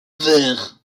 verres